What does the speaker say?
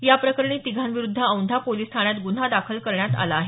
याप्रकरणी तिघांविरुद्ध औंढा पोलीस ठाण्यात गुन्हा दाखल करण्यात आला आहे